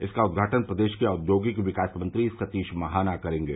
इसका उद्घाटन प्रदेश के औद्योगिक विकास मंत्री सतीश महाना करेंगे